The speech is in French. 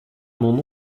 mon